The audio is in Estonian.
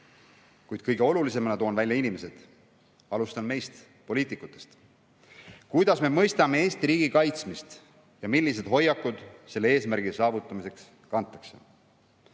Kõige olulisemana toon välja inimesed. Alustan meist, poliitikutest. Kuidas me mõistame Eesti riigi kaitsmist ja milliseid hoiakuid selle eesmärgi saavutamiseks kantakse?